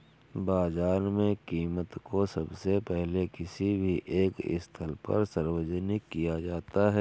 बाजार में कीमत को सबसे पहले किसी भी एक स्थल पर सार्वजनिक किया जाता है